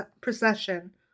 procession